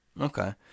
Okay